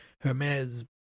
Hermes